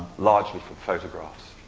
largely from photographs,